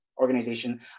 organization